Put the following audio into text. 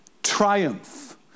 triumph